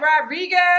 Rodriguez